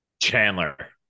Chandler